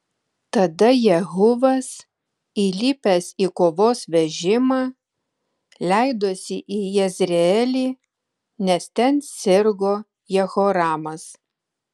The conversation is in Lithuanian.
tada jehuvas įlipęs į kovos vežimą leidosi į jezreelį nes ten sirgo jehoramas